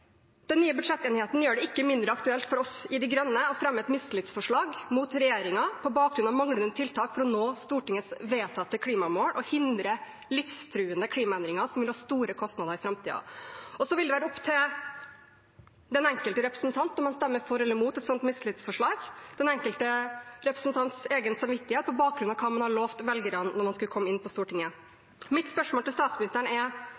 Den nye budsjettenigheten gjør det ikke mindre aktuelt for oss i Miljøpartiet De Grønne å fremme et mistillitsforslag mot regjeringen på bakgrunn av manglende tiltak for å nå Stortingets vedtatte klimamål og hindre livstruende klimaendringer som vil ha store kostnader i framtiden. Så vil det være opp til den enkelte representants egen samvittighet om man stemmer for eller mot et slikt mistillitsforslag –, på bakgrunn av hva man lovte velgerne da man skulle komme inn på Stortinget. Mitt spørsmål til statsministeren er